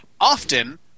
Often